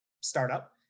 Startup